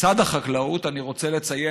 לצד החקלאות אני רוצה לציין,